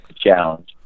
challenge